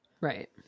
right